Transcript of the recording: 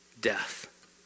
death